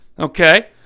Okay